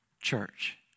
church